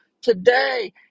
today